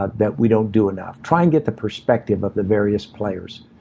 ah that we don't do enough. try and get the perspective of the various players.